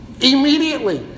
immediately